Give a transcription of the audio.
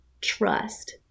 trust